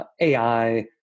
AI